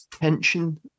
tension